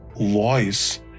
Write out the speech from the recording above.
voice